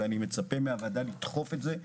ואני מצפה מן הוועדה לדחוף את זה,